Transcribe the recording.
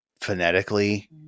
Phonetically